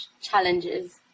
challenges